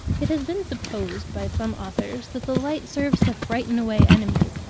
it has been supposed by some authors that the light serves to frighten away enemies,